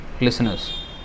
listeners